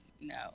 no